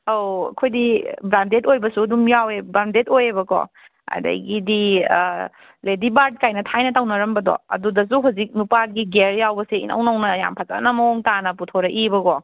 ꯑꯧ ꯑꯩꯈꯣꯏꯗꯤ ꯕ꯭ꯔꯥꯟꯗꯦꯠ ꯑꯣꯏꯕꯁꯨ ꯑꯗꯨꯝ ꯌꯥꯎꯋꯦ ꯕ꯭ꯔꯥꯟꯗꯦꯠ ꯑꯣꯏꯕꯀꯣ ꯑꯗꯒꯤꯗꯤ ꯂꯦꯗꯤ ꯕꯥꯔꯠꯀꯥꯏꯅ ꯊꯥꯏꯅ ꯇꯧꯅꯔꯝꯕꯗꯣ ꯑꯗꯨꯗꯁꯨ ꯍꯧꯖꯤꯛ ꯅꯨꯄꯥꯒꯤ ꯒꯤꯌꯥꯔ ꯌꯥꯎꯕꯁꯦ ꯏꯅꯧ ꯅꯧꯅ ꯌꯥꯝ ꯐꯖꯅ ꯃꯑꯣꯡꯇꯥꯅ ꯄꯨꯊꯣꯔꯛꯏꯕꯀꯣ